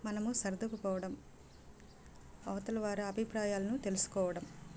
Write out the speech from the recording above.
మనము సర్దుకు పోవడం అవతలి వారి అభిప్రాయాలను తెలుసుకోవడం